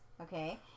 Okay